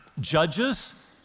Judges